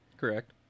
correct